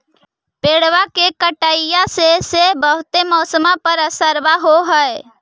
पेड़बा के कटईया से से बहुते मौसमा पर असरबा हो है?